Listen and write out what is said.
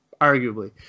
arguably